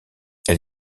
elle